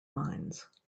mines